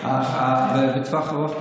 לטווח הארוך,